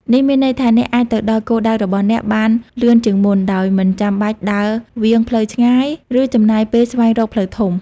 នេះមានន័យថា អ្នកអាចទៅដល់គោលដៅរបស់អ្នកបានលឿនជាងមុន ដោយមិនចាំបាច់ដើរវាងផ្លូវឆ្ងាយ ឬចំណាយពេលស្វែងរកផ្លូវធំ។